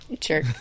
Sure